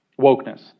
wokeness